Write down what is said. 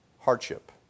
Hardship